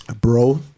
Bro